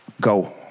go